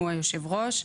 הוא יושב הראש.